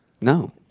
No